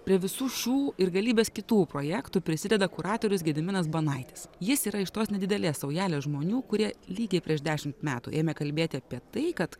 prie visų šių ir galybės kitų projektų prisideda kuratorius gediminas banaitis jis yra iš tos nedidelės saujelės žmonių kurie lygiai prieš dešimt metų ėmė kalbėti apie tai kad